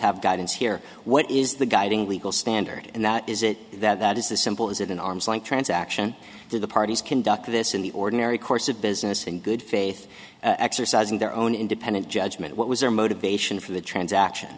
have guidance here what is the guiding legal standard and that is it that is this simple is it an arm's length transaction did the parties conduct this in the ordinary course of business in good faith exercising their own independent judgment what was their motivation for the transaction